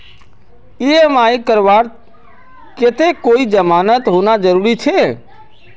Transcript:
EMI करवार केते कोई जमानत होना जरूरी छे?